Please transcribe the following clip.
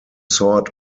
sort